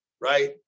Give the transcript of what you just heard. right